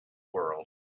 world